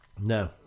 No